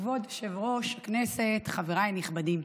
כבוד יושב-ראש הישיבה, חבריי הנכבדים,